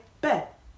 bet